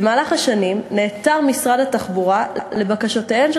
במהלך השנים נעתר משרד התחבורה לבקשותיהן של